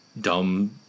dumb